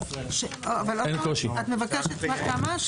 את מבקשת רק כמה?